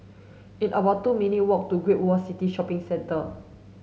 it's about two minutes' walk to Great World City Shopping Centre